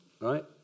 right